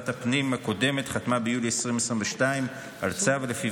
ביולי 2022 שרת הפנים הקודמת חתמה על צו שלפיו